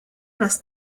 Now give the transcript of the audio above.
las